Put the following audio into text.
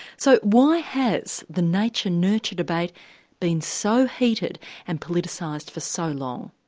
so why has the nature nurture debate been so heated and politicised for so long?